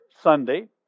Sunday